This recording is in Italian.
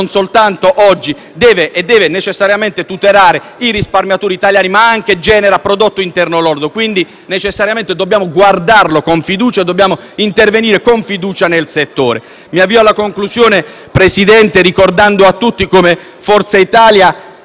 soltanto oggi deve necessariamente tutelare i risparmiatori italiani, ma che genera anche prodotto interno lordo. Quindi, necessariamente dobbiamo guardarlo con fiducia e dobbiamo intervenire con fiducia nel settore. Mi avvio alla conclusione, signor Presidente, ricordando a tutti come Forza Italia